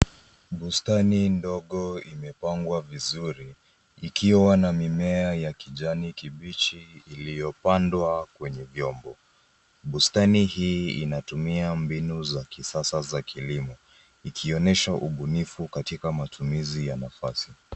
Bustani ndogo imepangwa vizuri ikiwa na mimea ya kijani kibichi iliyopandwa kwenye vyombo, bustani hii inatumia mbinu za kisasa za kilimo ikionyesha ubunifu katika matumizi ya nafasi.